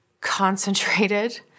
concentrated